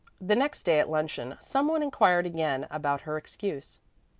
the next day at luncheon some one inquired again about her excuse.